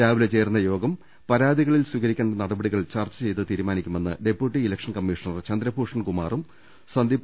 രാവിലെ ചേരുന്ന യോഗം പരാ തികളിൽ സ്വീകരിക്കേണ്ട നടപടികൾ ചർച്ച്ചെയ്ത് തീരുമാ നിക്കുമെന്ന് ഡെപ്യൂട്ടി ഇലക്ഷൻ കമ്മീഷണർ ചന്ദ്രഭൂഷൺ കുമാറും സന്ദീപ് സക്സേനയും അറിയിച്ചു